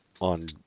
on